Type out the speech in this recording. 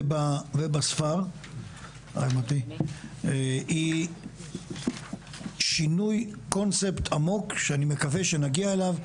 ובספר היא שינוי קונספט עמוק שאני מקווה שנגיע אליו,